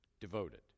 Devoted